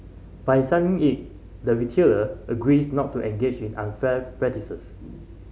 by signing it the retailer agrees not to engage in unfair practices